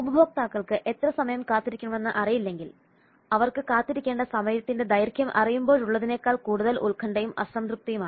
ഉപഭോക്താക്കൾക്ക് എത്ര സമയം കാത്തിരിക്കണമെന്ന് അറിയില്ലെങ്കിൽ അവർക്ക് കാത്തിരിക്കേണ്ട സമയത്തിന്റെ ദൈർഘ്യം അറിയുമ്പോഴുള്ളതിനേക്കാൾ കൂടുതൽ ഉത്കണ്ഠയും അസംതൃപ്തിയുമാണ്